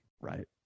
Right